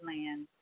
land